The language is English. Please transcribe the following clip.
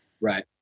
Right